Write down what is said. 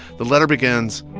the letter begins,